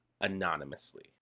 anonymously